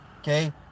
Okay